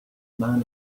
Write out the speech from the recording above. man